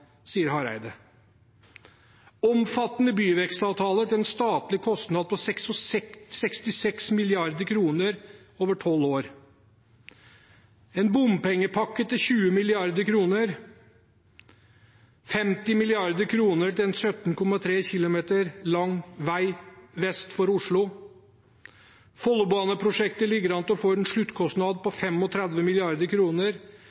sier Hareide. Det er omfattende byvekstavtaler til en statlig kostnad på 66 mrd. kr over tolv år, en bompengepakke til 20 mrd. kr, 50 mrd. kr til en 17,3 km lang vei vest for Oslo, og Follobaneprosjektet ligger an til å få en sluttkostnad